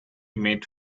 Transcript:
met